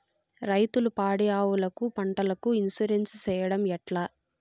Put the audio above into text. రైతులు పాడి ఆవులకు, పంటలకు, ఇన్సూరెన్సు సేయడం ఎట్లా?